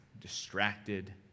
distracted